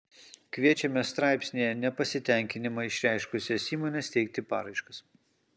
kviečiame straipsnyje nepasitenkinimą išreiškusias įmones teikti paraiškas